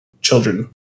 children